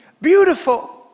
beautiful